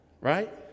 Right